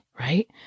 right